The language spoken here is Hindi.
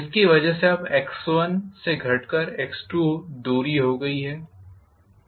जिसकी वजह से अब दूरी x1 से घटकर x2हो गई है